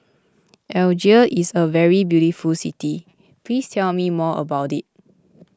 Algiers is a very beautiful city please tell me more about it